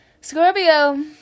Scorpio